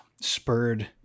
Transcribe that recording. spurred